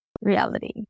reality